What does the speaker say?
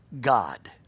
God